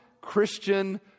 Christian